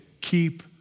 keep